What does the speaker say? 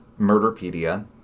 Murderpedia